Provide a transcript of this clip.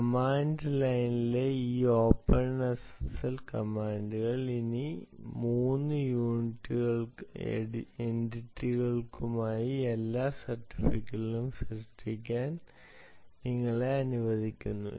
command ലൈനിലെ ഈ OpenSSL കമാൻഡുകൾ ഈ 3 എന്റിറ്റികൾക്കുമായി ഈ സർട്ടിഫിക്കറ്റുകളെല്ലാം സൃഷ്ടിക്കാൻ നിങ്ങളെ അനുവദിക്കുന്നു